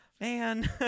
man